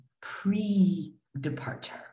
pre-departure